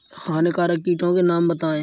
हानिकारक कीटों के नाम बताएँ?